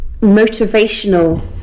motivational